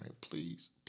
Please